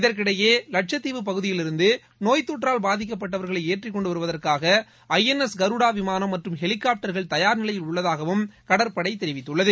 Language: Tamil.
இதற்கிடையே வட்சத்தீவு பகுதியிலிருந்து நோய் தொற்றால் பாதிக்கப்பட்டவர்களை ஏற்றிக்கொண்டு வருவதற்காக ஐ என் எஸ் கருடா விமானம் மற்றும் ஹெலிகாப்டர்கள் தயார் நிலையில் உள்ளதாகவும் இந்திய கடற்படை தெரிவித்துள்ளது